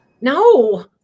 No